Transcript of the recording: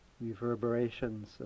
reverberations